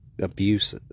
abuse